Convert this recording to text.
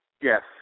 Yes